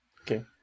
Okay